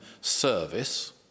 service